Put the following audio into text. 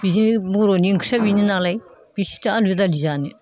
बिदिनो बर'नि ओंख्रिया बिनो नालाय बेसेथो आलु दालि जानो